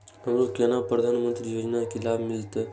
हमरो केना प्रधानमंत्री योजना की लाभ मिलते?